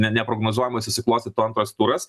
ne neprognozuojamai susiklostytų antras turas